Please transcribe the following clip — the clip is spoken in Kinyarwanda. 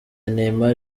neymar